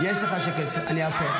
--- כל הלשכות --- יש לך שקט, אני אעצור.